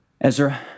Ezra